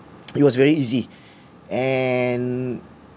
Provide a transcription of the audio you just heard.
it was very easy and